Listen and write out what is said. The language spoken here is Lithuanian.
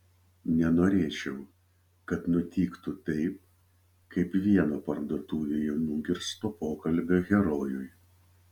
nenorėčiau kad nutiktų taip kaip vieno parduotuvėje nugirsto pokalbio herojui